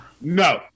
No